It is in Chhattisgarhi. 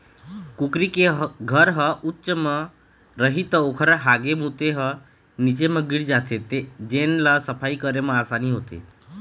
कुकरी के घर ह उच्च म रही त ओखर हागे मूते ह नीचे म गिर जाथे जेन ल सफई करे म असानी होथे